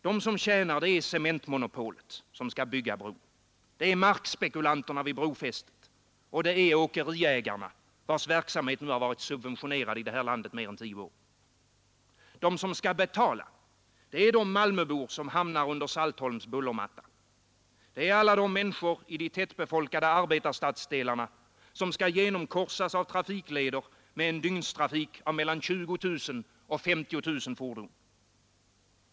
De som tjänar är cementmonopolet som skall bygga bron, det är markspekulanterna vid brofästet, och det är åkeriägarna vilkas verksamhet varit subventionerad i det här landet i mer än tio år. De som skall betala, det är de malmöbor som hamnar under Saltholms bullermatta. Det är människorna i de tättbefolkade arbetarstadsdelarna som skall genomkorsas av trafikleder med en dygnstrafik av mellan 20 000 och 50 000 fordon.